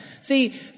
See